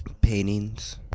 Paintings